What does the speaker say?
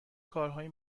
کارهای